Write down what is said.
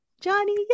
Johnny